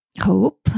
hope